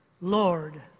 Lord